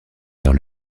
vers